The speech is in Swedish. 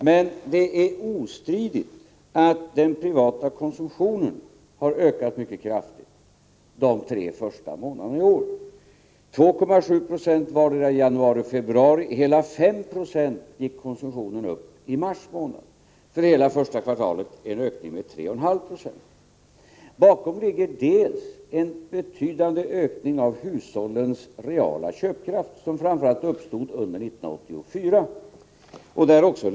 Men ostridigt är att den privata konsumtionen ökade mycket kraftigt under de tre första månaderna i år: 2,7 Jo i vardera januari och februari och hela 5 96 i mars månad. För hela första kvartalet blev ökningen 3,5 96. Bakom detta ligger en betydande ökning av hushållens reala köpkraft, vilken framför allt uppstod under 1984.